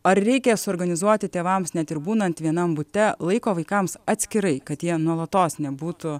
ar reikia suorganizuoti tėvams net ir būnant vienam bute laiko vaikams atskirai kad jie nuolatos nebūtų